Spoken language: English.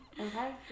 Okay